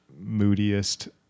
moodiest